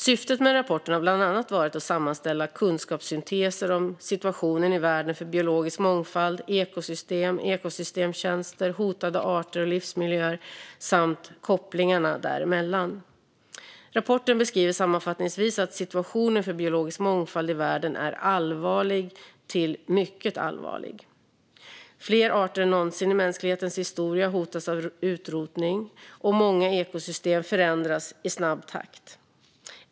Syftet med rapporten har bland annat varit att sammanställa kunskapssynteser om situationen i världen för biologisk mångfald, ekosystem, ekosystemtjänster, hotade arter och livsmiljöer samt kopplingarna däremellan. Rapporten beskriver sammanfattningsvis att situationen för biologisk mångfald i världen är allvarlig till mycket allvarlig. Fler arter än någonsin i mänsklighetens historia hotas av utrotning, och många ekosystem förändras i snabb takt.